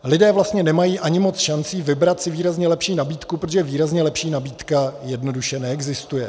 Lidé vlastně nemají ani moc šancí vybrat si výrazně lepší nabídku, protože výrazně lepší nabídka jednoduše neexistuje.